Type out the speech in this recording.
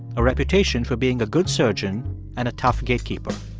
a reputation for being a good surgeon and a tough gatekeeper.